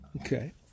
Okay